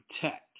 protect